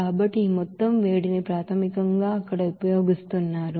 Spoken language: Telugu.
కాబట్టి ఈ మొత్తం వేడిని ప్రాథమికంగా అక్కడ ఉపయోగిస్తున్నారు